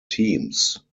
teams